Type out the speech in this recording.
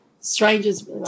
strangers